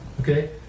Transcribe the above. Okay